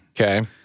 Okay